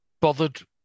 bothered